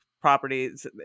properties